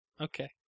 Okay